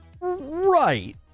Right